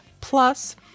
Plus